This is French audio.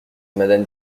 madame